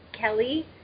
Kelly